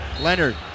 Leonard